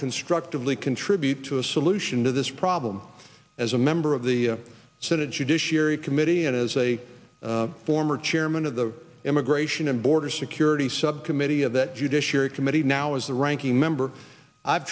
constructively contribute to a solution to this problem as a member of the senate judiciary committee and is a former chairman of the immigration and border security subcommittee of the judiciary committee now is the ranking member i've